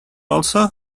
also